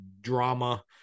drama